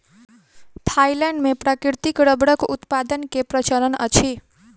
Thailand मे प्राकृतिक रबड़क उत्पादन के प्रचलन अछि